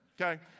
okay